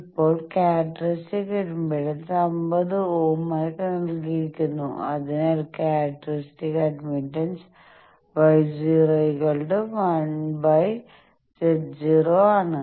ഇപ്പോൾ characteristic impedance 50 ohm ആയി നൽകിയിരിക്കുന്നു അതിനാൽ ക്യാരക്ടറിസ്റ്റിക് അഡ്മിറ്റൻസ് Y₀1Z₀ ആണ്